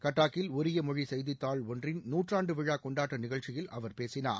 கட்டாக்கில் ஒரிய மொழி செய்தித்தாள் ஒன்றின் நூற்றாண்டு விழா கொண்டாட்ட நிகழ்ச்சியில் அவர் பேசினார்